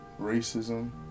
racism